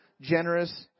generous